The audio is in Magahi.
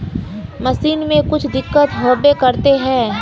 मशीन में कुछ दिक्कत होबे करते है?